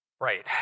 Right